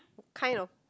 kind of